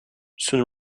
soon